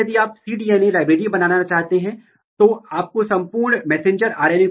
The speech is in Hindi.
सिद्धांत में BiFC Yeast 2 हाइब्रिड के समान है लेकिन यहां पता लगाने की विधि फ्लोरेसेंस आधारित है